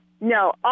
no